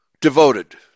devoted